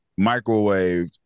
microwaved